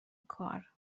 کار